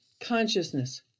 consciousness